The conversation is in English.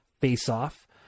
face-off